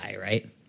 right